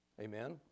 Amen